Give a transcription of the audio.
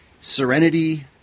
Serenity